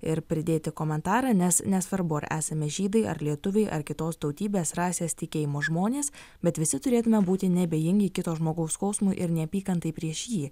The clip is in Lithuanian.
ir pridėti komentarą nes nesvarbu ar esame žydai ar lietuviai ar kitos tautybės rasės tikėjimo žmonės bet visi turėtume būti neabejingi kito žmogaus skausmui ir neapykantai prieš jį